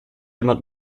jemand